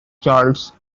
charles